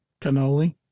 Cannoli